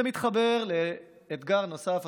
זה מתחבר לאתגר נוסף,